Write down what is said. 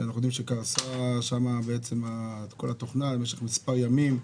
אנחנו יודעים שקרסה שם בעצם כל התוכנה במשך מספר ימים.